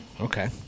Okay